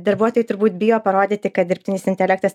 darbuotojai turbūt bijo parodyti kad dirbtinis intelektas